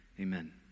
Amen